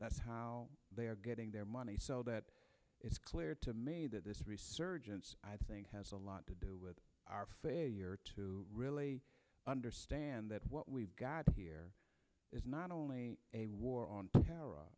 that's how they are getting their money so that it's clear to me that this resurgence i think has a lot to do with our failure to really understand that what we've got here is not only a war on terror